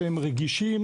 שהם רגישים,